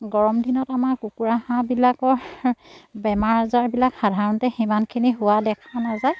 গৰম দিনত আমাৰ কুকুৰা হাঁহবিলাকৰ বেমাৰ আজাৰবিলাক সাধাৰণতে সিমানখিনি হোৱা দেখা নাযায়